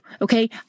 Okay